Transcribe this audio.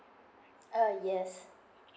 uh yes